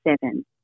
seven